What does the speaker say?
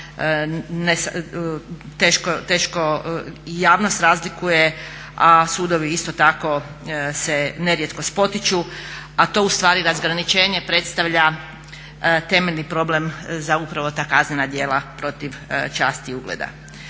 teško i javnost razlikuje a sudovi isto tako se nerijetko spotiču, a to ustvari razgraničenje predstavlja temeljni problem za upravo ta kaznena djela protiv časti i ugleda.